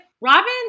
robin